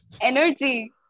energy